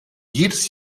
jedes